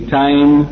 time